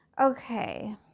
Okay